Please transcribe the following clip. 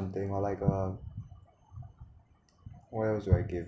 something or like uh what else do I give